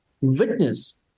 witness